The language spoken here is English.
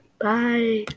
bye